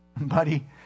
Buddy